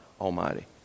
almighty